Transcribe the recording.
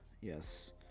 Yes